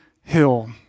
hill